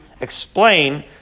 explain